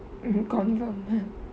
mm confirm